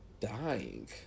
dying